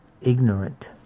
ignorant